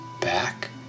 back